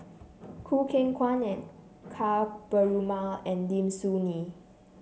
Choo Keng Kwang and Ka Perumal and Lim Soo Ngee